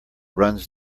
runs